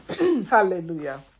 Hallelujah